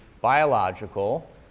biological